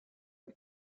and